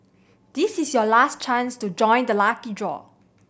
this is your last chance to join the lucky draw